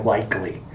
Likely